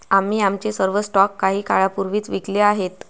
आम्ही आमचे सर्व स्टॉक काही काळापूर्वीच विकले आहेत